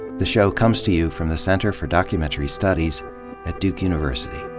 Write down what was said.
the show comes to you from the center for documentary studies at duke university